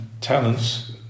talents